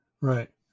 right